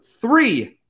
three